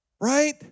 Right